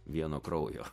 vieno kraujo